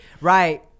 Right